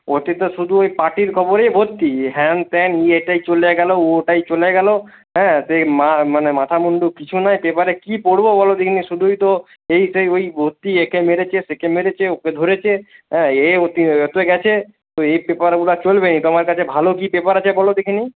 ওতে তো শুধু ওই পার্টির খবরেই ভর্তি হ্যানত্যান এ এটায় চলে গেলো ও ওটায় চলে গেলো হ্যাঁ সেই মানে মাথা মুন্ডু কিছু নেই পেপারে কী পড়ব বলো দেখিনি শুধুই তো এই সেই ওই ভর্তি একে মেরেছে সেকে মেরেছে ওকে ধরেছে হ্যাঁ এ ওতে গিয়েছে তো এই পেপারগুলো আর চলবে না তোমার কাছে ভালো কী পেপার আছে বলো দেখিনি